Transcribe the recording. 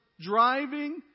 driving